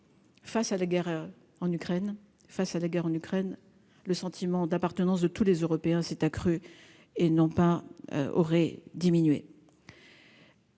face à la guerre en Ukraine, le sentiment d'appartenance de tous les Européens s'est accrue et non pas aurait diminué.